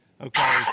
Okay